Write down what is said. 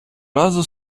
разу